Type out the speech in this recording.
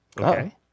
Okay